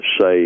say